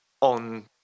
on